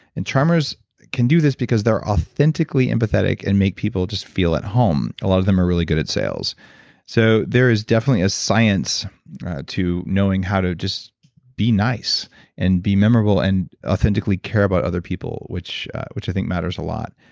and charmers can do this because they're authentically empathetic and make people just feel at home. a lot of them are really good at sales so there is definitely a science to knowing how to just be nice and be memorable and authentically care about other people, which which i think matters a lot.